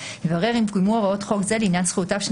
יברר אם קוימו הוראות חוק זה לעניין זכויותיו של